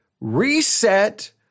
reset